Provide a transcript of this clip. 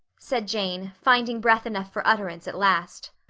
said jane, finding breath enough for utterance at last.